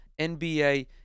NBA